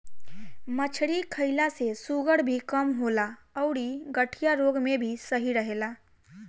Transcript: मछरी खईला से शुगर भी कम होला अउरी गठिया रोग में भी सही रहेला